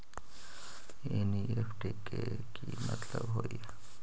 NEFT के कि मतलब होइ?